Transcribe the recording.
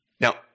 Now